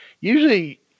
Usually